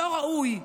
לא ראוי,